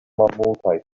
malmultaj